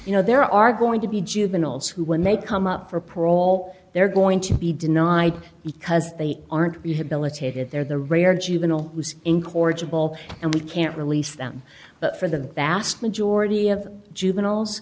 you know there are going to be juveniles who when they come up for parole they're going to be denied because they aren't you have military that they're the rare juvenile in corrigible and we can't release them but for the vast majority of juveniles